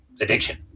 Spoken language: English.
addiction